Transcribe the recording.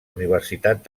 universitat